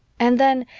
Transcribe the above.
and then,